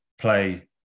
play